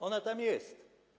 Ona tam jest.